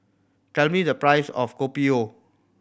tell me the price of Kopi O